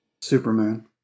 Superman